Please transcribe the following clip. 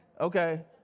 Okay